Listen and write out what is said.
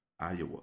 Iowa